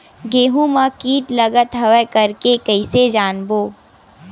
गेहूं म कीट लगत हवय करके कइसे जानबो?